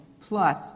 plus